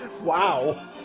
Wow